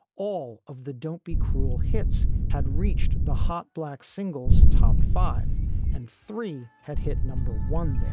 all of the don't be cruel hits had reached the hot black singles top five and three had hit number one there